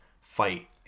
fight